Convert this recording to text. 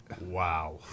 Wow